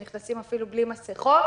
שנכנסים אפילו בלי מסכות.